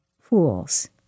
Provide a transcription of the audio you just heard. Fools